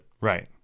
Right